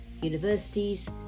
universities